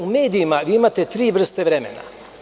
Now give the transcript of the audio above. U medijima imate tri vrste vremena.